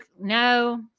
no